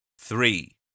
Three